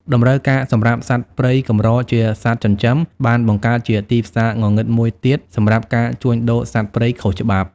តម្រូវការសម្រាប់សត្វព្រៃកម្រជាសត្វចិញ្ចឹម បានបង្កើតជាទីផ្សារងងឹតមួយទៀតសម្រាប់ ការជួញដូរសត្វព្រៃខុសច្បាប់។